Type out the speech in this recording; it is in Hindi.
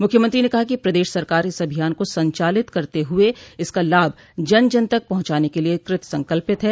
मुख्यमंत्री ने कहा कि प्रदेश सरकार इस अभियान को संचालित करते हुए इसका लाभ जन जन तक पहुंचाने के लिये कृतसंकल्पित है